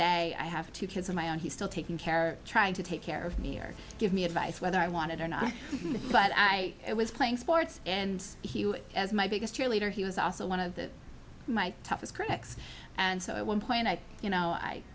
day i have two kids of my own he's still taking care of trying to take care of me or give me advice whether i want it or not but i was playing sports and as my biggest cheerleader he was also one of the toughest critics and so at one point i